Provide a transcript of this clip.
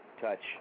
touch